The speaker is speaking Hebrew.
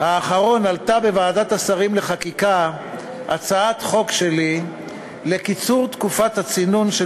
האחרון עלתה בוועדת השרים לחקיקה הצעת חוק שלי לקיצור תקופת הצינון של